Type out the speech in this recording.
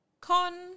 con